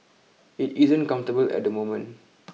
it isn't comfortable at the moment